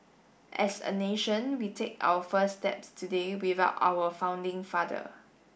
as a nation we take our first steps today without our founding father